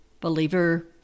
believer